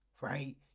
right